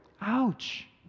ouch